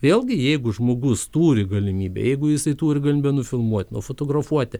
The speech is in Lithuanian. vėl gi jeigu žmogus turi galimybę jeigu jisai turi galimybę nufilmuot nufotografuoti